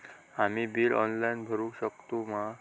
आम्ही bill online भरुक शकतू मा?